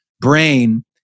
brain